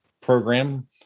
program